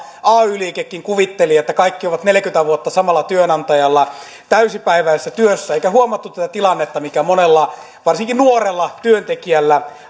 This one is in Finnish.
ay liikekin kuvitteli että kaikki ovat neljäkymmentä vuotta samalla työnantajalla täysipäiväisessä työssä eikä huomattu tätä tilannetta mikä monella varsinkin nuorella työntekijällä